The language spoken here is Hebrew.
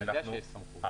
אני יודע שיש סמכות.